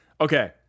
okay